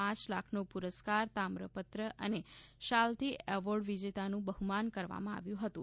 પાંચ લાખનો પુરસ્કાર તામ્રપત્ર અને શાલથી એવોર્ડ વિજેતાનું બહ્મમાન કરવામાં આવ્યું હતું